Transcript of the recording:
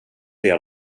det